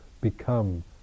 become